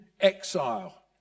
exile